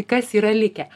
kas yra likę čia mes jau